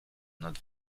nad